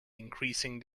increasing